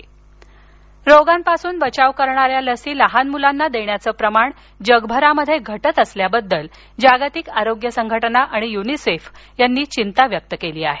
जागतिक आरोग्य संघटना रोगांपासून बचाव करणाऱ्या लसी लहान मुलांना देण्याचं प्रमाण जगभरात घटत असल्याबद्दल जागतिक आरोग्य संघटना आणि युनिसेफ यांनी चिंता व्यक्त केली आहे